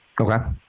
Okay